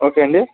okay అండీ